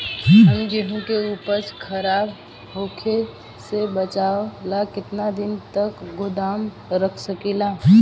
हम गेहूं के उपज खराब होखे से बचाव ला केतना दिन तक गोदाम रख सकी ला?